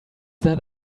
that